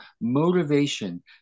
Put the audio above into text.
motivation